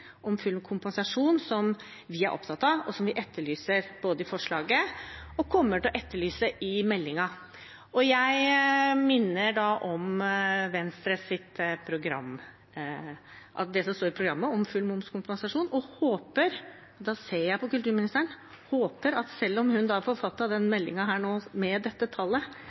om full kompensasjon vi er opptatt av, og som vi etterlyser i forslaget, og kommer til å etterlyse i meldingen. Jeg minner om det som står i Venstres program om full momskompensasjon, og håper – mens jeg ser på kulturministeren – at hun, selv om hun forfattet meldingen med dette tallet, er interessert i å jobbe med